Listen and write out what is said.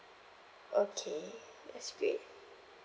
okay that's great